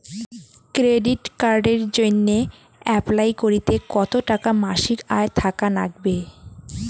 Credit কার্ডের জইন্যে apply করিতে কতো টাকা মাসিক আয় থাকা নাগবে?